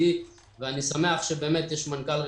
ידידי ואני שמח שיש מנכ"ל רציני.